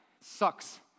sucks